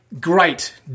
great